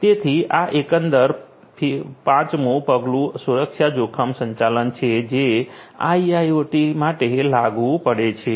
તેથી આ એકંદર 5મુ પગલું સુરક્ષા જોખમ સંચાલન છે જે આઈઆઈઓટી માટે લાગુ પડે છે